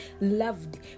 loved